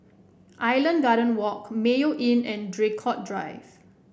Island Gardens Walk Mayo Inn and Draycott Drive